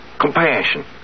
Compassion